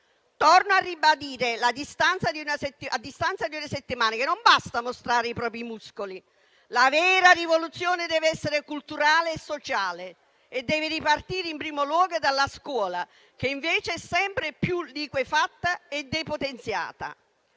Torno a ribadire a distanza di una settimana che non basta mostrare i propri muscoli: la vera rivoluzione dev'essere culturale e sociale e deve ripartire in primo luogo dalla scuola, che invece è sempre più liquefatta e depotenziata.